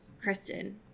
Kristen